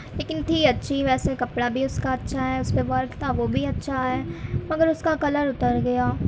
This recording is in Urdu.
لیکن تھی اچھی ویسے کپڑا بھی اس کا اچھا ہے اس پہ ورک تھا وہ بھی اچھا ہے مگر اس کا کلر اتر گیا